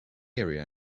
area